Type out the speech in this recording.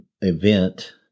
event